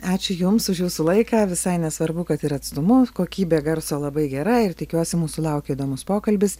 ačiū jums už jūsų laiką visai nesvarbu kad ir atstumus kokybė garso labai gera ir tikiuosi mūsų laukia įdomus pokalbis